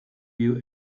you